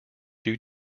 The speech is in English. due